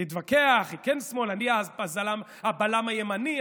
תתווכח, היא כן שמאל, אני הבלם הימני,